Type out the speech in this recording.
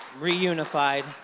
reunified